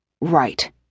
Right